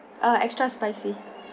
uh extra spicy